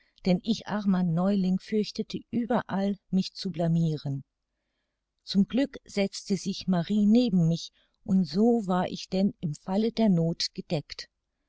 denn ich armer neuling fürchtete überall mich zu blamiren zum glück setzte sich marie neben mich und so war ich denn im falle der noth gedeckt